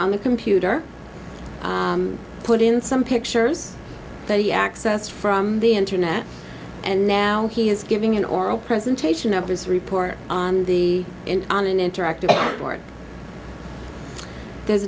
on the computer put in some pictures that he access from the internet and now he is giving an oral presentation of his report on the on an interactive